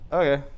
okay